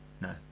No